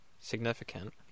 significant